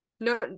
No